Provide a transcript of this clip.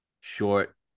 short